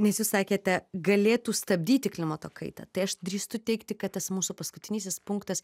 nes jūs sakėte galėtų stabdyti klimato kaitą tai aš drįstu teigti kad tas mūsų paskutinysis punktas